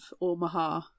Omaha